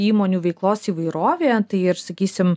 įmonių veiklos įvairovė tai ir sakysim